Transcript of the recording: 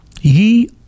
Ye